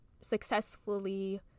successfully